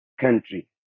country